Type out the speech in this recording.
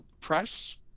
press